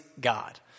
God